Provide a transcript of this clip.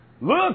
Look